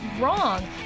wrong